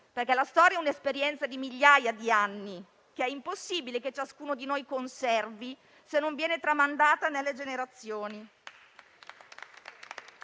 sì che la storia tramandi un'esperienza di migliaia di anni ed è impossibile che ciascuno di noi la conservi se non viene tramandata dalle generazioni.